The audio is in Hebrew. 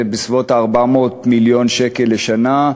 זה בסביבות 400 מיליון שקלים לשנה,